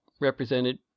represented